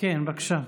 היא אשמה?